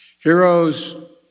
Heroes